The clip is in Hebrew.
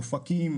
מאופקים,